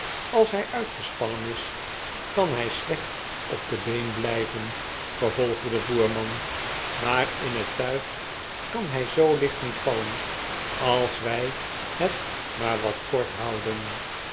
als hij uitgespannen is kan hij slecht op de been blijven vervolgde de voerman maar in het tuig kan hij zoo licht niet vallen als wij het maar wat kort houden